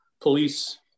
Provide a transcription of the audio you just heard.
police